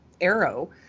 arrow